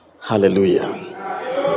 hallelujah